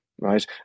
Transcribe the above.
Right